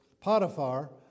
Potiphar